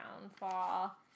downfall